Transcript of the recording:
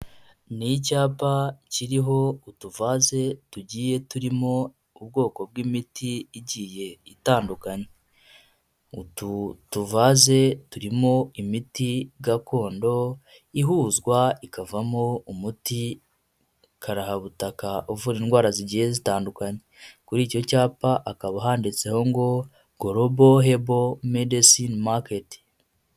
Ni icyapa kiriho utuvaze tugiye turimo ubwoko bw'imiti igiye itandukanye, utu tuvaze turimo imiti gakondo ihuzwa ikavamo umuti karabutaka, uvura indwara zigiye zitandukanye, kuri icyo cyapakaba handitseho ngo gorobo hebo medesine maketi.